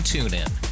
TuneIn